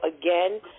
again